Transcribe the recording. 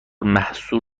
محصور